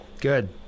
Good